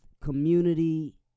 community